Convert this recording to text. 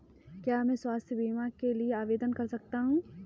क्या मैं स्वास्थ्य बीमा के लिए आवेदन कर सकता हूँ?